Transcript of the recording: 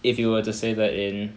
if you were to say that in